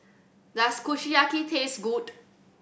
does Kushiyaki taste good